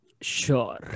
Sure